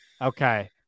okay